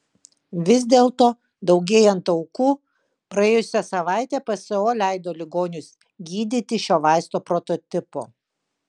vis dėlto daugėjant aukų praėjusią savaitę pso leido ligonius gydyti šiuo vaisto prototipu